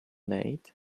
late